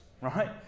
right